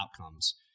outcomes